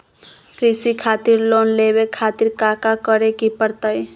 कृषि खातिर लोन लेवे खातिर काका करे की परतई?